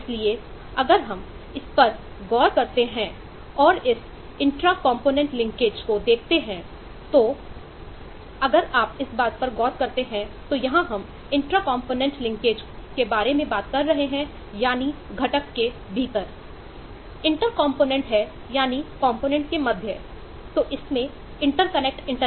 इसलिए अगर हम इस पर गौर करते हैं और इस इंट्रा कंपोनेंट लिंकेज के बारे में बात कर रहे हैं यानी घटक के भीतर